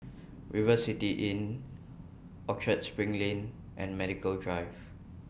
River City Inn Orchard SPRING Lane and Medical Drive